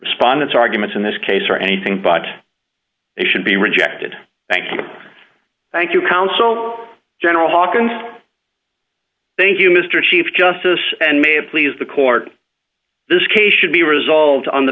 respondents arguments in this case are anything but it should be rejected thank you thank you counsel general hawke and thank you mister chief justice and may have please the court this case should be resolved on the